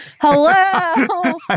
Hello